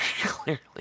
clearly